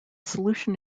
solution